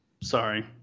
sorry